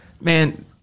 man